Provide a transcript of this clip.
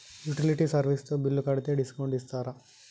Utility service తో bill కడితే discount ఇస్తరా?